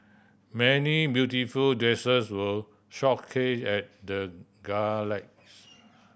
many beautiful dresses were showcase at the gala